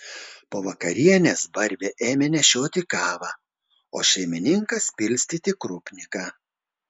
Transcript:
po vakarienės barbė ėmė nešioti kavą o šeimininkas pilstyti krupniką